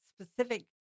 specific